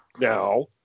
now